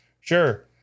Sure